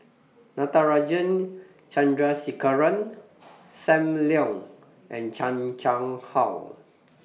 Natarajan Chandrasekaran SAM Leong and Chan Chang How